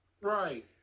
Right